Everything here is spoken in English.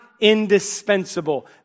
indispensable